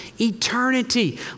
eternity